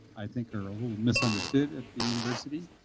i think, are a little misunderstood at the university.